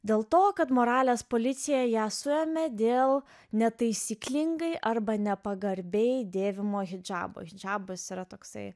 dėl to kad moralės policija ją suėmė dėl netaisyklingai arba nepagarbiai dėvimo hidžabo hidžabas yra toksai